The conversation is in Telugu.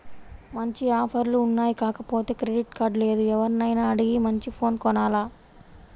మంచి ఆఫర్లు ఉన్నాయి కాకపోతే క్రెడిట్ కార్డు లేదు, ఎవర్నైనా అడిగి మంచి ఫోను కొనాల